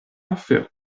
aferon